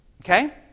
Okay